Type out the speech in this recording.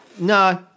No